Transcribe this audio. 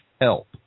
help